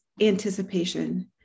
anticipation